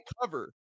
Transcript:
cover